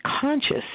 conscious